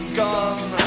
gone